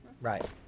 right